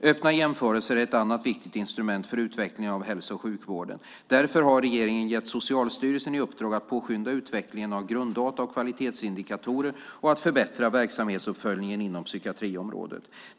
Öppna jämförelser är ett annat viktigt instrument för utveckling av hälso och sjukvården. Därför har regeringen gett Socialstyrelsen i uppdrag att påskynda utvecklingen av grunddata och kvalitetsindikatorer och att förbättra verksamhetsuppföljningen inom psykiatriområdet.